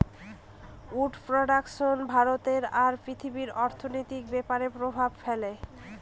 would production ভারতে আর পৃথিবীর অর্থনৈতিক ব্যাপরে প্রভাব ফেলে